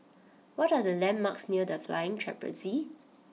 what are the landmarks near The Flying Trapeze